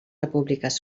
repúbliques